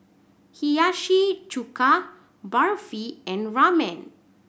Hiyashi Chuka Barfi and Ramen